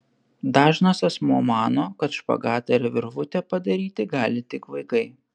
dažnas asmuo mano kad špagatą ir virvutę padaryti gali tik vaikai